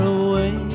away